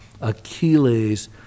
Achilles